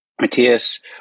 Matthias